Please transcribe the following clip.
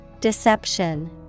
Deception